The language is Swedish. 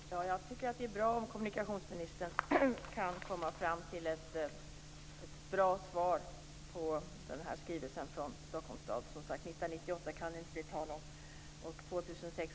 Fru talman! Jag tycker att det är bra om kommunikationsministern kan komma fram till ett bra svar på skrivelsen från Stockholms stad. Det kan inte bli tal om 1998, och kanske inte heller 2006.